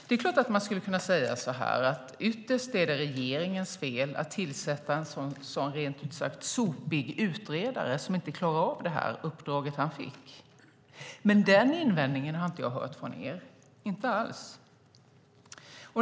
Det är klart att man skulle kunna säga att det ytterst är regeringens fel, att tillsätta en sådan rent ut sagt sopig utredare som inte klarade av det uppdrag han fick. Men den invändningen har jag inte hört från er, inte alls.